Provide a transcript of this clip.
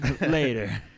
Later